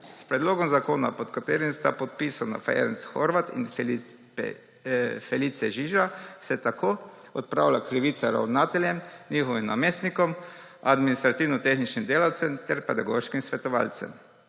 S predlogom zakona, pod katerim sta podpisana Ferenc Horvát in Felice Žiža, se tako odpravlja krivica ravnateljem, njihovim namestnikom, administrativno-tehničnim delavcem ter pedagoških svetovalcem.